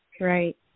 right